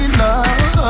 love